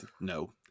no